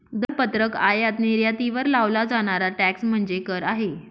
दरपत्रक आयात निर्यातीवर लावला जाणारा टॅक्स म्हणजे कर आहे